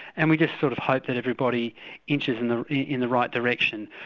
and we just sort of hope that everybody inches in the in the right direction,